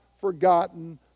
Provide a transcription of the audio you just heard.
forgotten